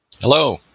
Hello